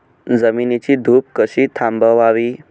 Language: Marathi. जमिनीची धूप कशी थांबवावी?